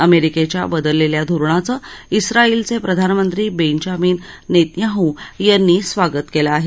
अमेरिकेच्या बदललेल्या धोरणाचं इस्राएलचे प्रधानमंत्री बेंजामिन नेतन्याहू यांनी स्वागत केलं आहे